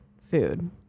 food